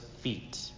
feet